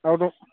আৰুতো